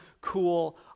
cool